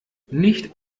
nicht